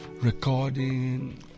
recording